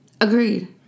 Agreed